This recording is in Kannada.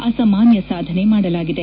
ಅಸಾಮಾನ್ಯ ಸಾಧನೆ ಮಾಡಲಾಗಿದೆ